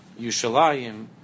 Yushalayim